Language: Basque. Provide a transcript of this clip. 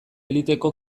eliteko